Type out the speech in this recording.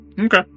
Okay